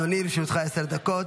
בבקשה אדוני, לרשותך עשר דקות.